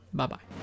Bye-bye